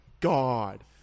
God